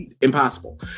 impossible